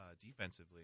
defensively